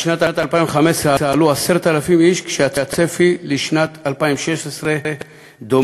בשנת 2015 עלו 10,000 איש, והצפי לשנת 2016 דומה.